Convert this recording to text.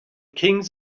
kings